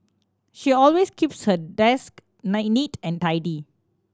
she always keeps her desk neat and tidy